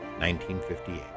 1958